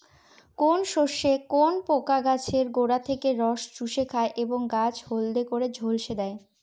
কোন শস্যে কোন পোকা গাছের গোড়া থেকে রস চুষে খায় এবং গাছ হলদে করে ঝলসে দেয়?